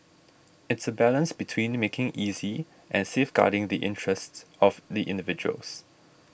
it's a balance between making easy and safeguarding the interests of the individuals